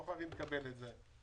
לא חייבים לקבל את זה.